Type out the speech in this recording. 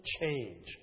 change